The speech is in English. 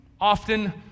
often